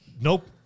nope